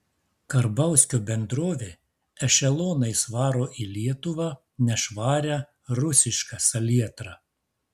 karbauskio bendrovė ešelonais varo į lietuvą nešvarią rusišką salietrą